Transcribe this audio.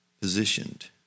positioned